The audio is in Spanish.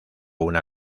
una